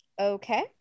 Okay